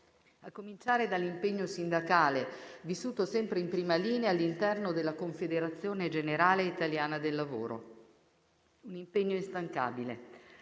a cominciare dall'impegno sindacale, vissuto sempre in prima linea all'interno della Confederazione generale italiana del lavoro (CGIL). Un impegno instancabile,